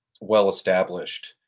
well-established